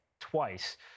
twice